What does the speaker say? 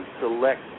select